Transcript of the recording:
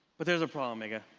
but there's a problem, megha.